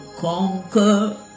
conquer